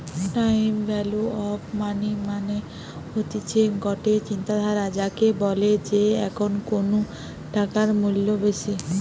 time value of money মানে হতিছে গটে চিন্তাধারা যাকে বলে যে এখন কুনু টাকার মূল্য বেশি